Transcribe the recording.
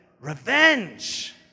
revenge